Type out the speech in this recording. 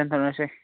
दोनथ'नोसै